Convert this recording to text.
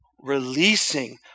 releasing